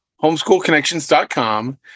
homeschoolconnections.com